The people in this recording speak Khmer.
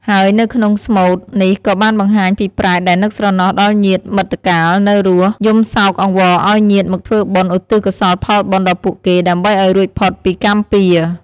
ហើយនៅក្នុងស្មូត នេះក៏បានបង្ហាញពីប្រេតដែលនឹកស្រណោះដល់ញាតិមិត្តកាលនៅរស់ យំសោកអង្វរឲ្យញាតិមកធ្វើបុណ្យឧទ្ទិសកុសលផលបុណ្យដល់ពួកគេ ដើម្បីឲ្យរួចផុតពីកម្មពារ។